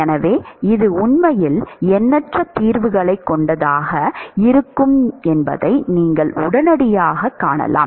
எனவே இது உண்மையில் எண்ணற்ற தீர்வுகள் என்பதை நீங்கள் உடனடியாகக் காணலாம்